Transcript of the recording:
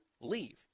leave